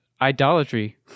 idolatry